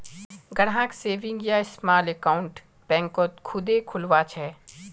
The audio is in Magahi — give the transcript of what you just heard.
ग्राहक सेविंग या स्माल अकाउंट बैंकत खुदे खुलवा छे